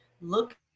look